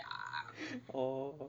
oh